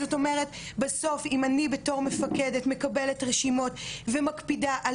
זאת אומרת בסוף אם אני בתור מפקדת מקבלת רשימות ומקפידה על